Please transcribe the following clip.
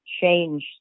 change